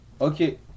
Okay